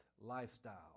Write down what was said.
lifestyle